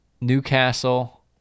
newcastle